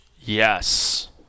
Yes